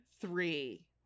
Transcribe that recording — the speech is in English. three